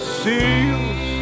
seals